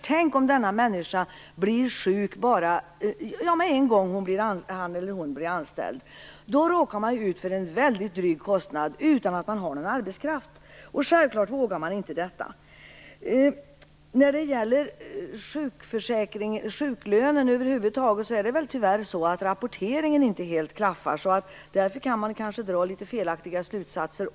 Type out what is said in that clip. Tänk om denna människa blir sjuk med en gång hon eller han blir anställd! Då råkar man ut för en väldigt dryg kostnad utan att man har någon arbetskraft. Självklart vågar man då inte. När det gäller sjuklönen över huvud taget klaffar rapporteringen tyvärr inte helt. Därför kan man dra felaktiga slutsatser.